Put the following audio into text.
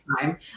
time